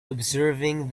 observing